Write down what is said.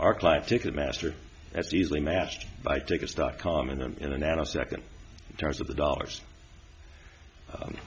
arclight ticketmaster that's easily matched buy tickets dot com and then in a nanosecond terms of the dollars